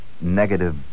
negative